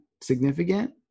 significant